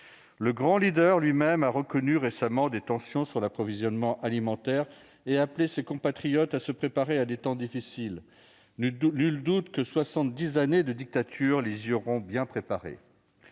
Le grand leader lui-même a reconnu récemment des tensions sur l'approvisionnement alimentaire et appelé ses compatriotes à se préparer à des temps difficiles. Nul doute que soixante-dix années de dictature les y auront bien préparés